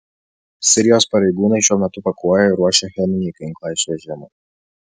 sirijos pareigūnai šiuo metu pakuoja ir ruošia cheminį ginklą išvežimui